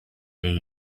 day